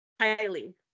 Highly